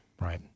Right